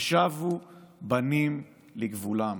ושבו בנים לגבולם.